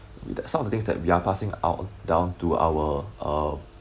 that some of the things that we are passing out down to our uh